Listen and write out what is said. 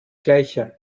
gleiche